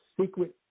secret